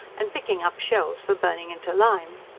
and picking up shells for burning into lime.